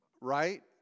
Right